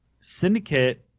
Syndicate